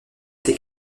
été